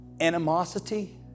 animosity